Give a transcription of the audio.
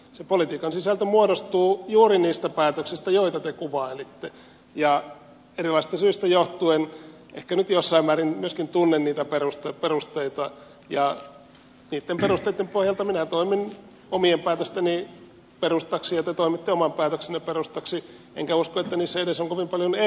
se politiikan sisältö muodostuu juuri niistä päätöksistä joita te kuvailitte ja erilaisista syistä johtuen ehkä nyt jossain määrin myöskin tunnen niitä perusteita ja niitten perusteitten pohjalta minä toimin omien päätösteni perustaksi ja te toimitte oman päätöksenne perustaksi enkä usko että niissä edes on kovin paljon eroakaan